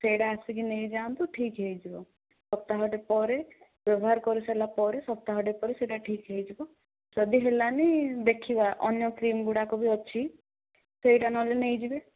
ସେଇଟା ଆସିକି ନେଇଯାଆନ୍ତୁ ଠିକ୍ ହେଇଯିବ ସପ୍ତାହଟେ ପରେ ବ୍ୟବହାର କରିସାରିଲା ପରେ ସପ୍ତାହଟେ ପରେ ସେ ଠିକ୍ ହେଇଯିବ ଯଦି ହେଲାନି ଦେଖିବା ଅନ୍ୟ କ୍ରିମ ଗୁଡ଼ାକ ବି ଅଛି ସେଇଟା ନହେଲେ ନେଇଯିବେ